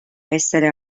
essere